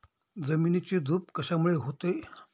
जमिनीची धूप कशामुळे होते?